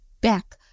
back